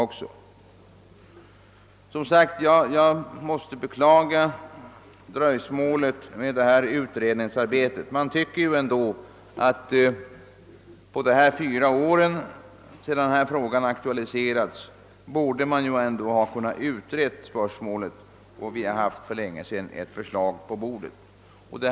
Jag måste som sagt beklaga dröjsmålet med utredningsarbetet. Under de fyra år som gått sedan frågan aktualiserades borde spörsmålet hunnit utredas och ett förslag för länge sedan ha lagts på riksdagens bord.